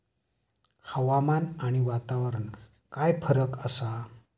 हवामान आणि वातावरणात काय फरक असा?